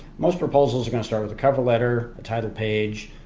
most proposals are going to start with a cover letter, a title page,